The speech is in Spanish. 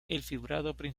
principal